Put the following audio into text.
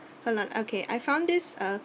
hold on okay I found this uh